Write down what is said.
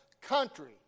country